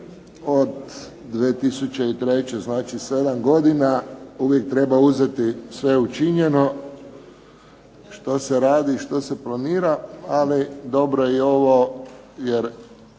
od 2003. znači sedam godina uvijek treba uzeti sve učinjeno, što se radi, što se planira. Ali dobro je i ovo kako